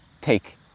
take